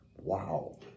wow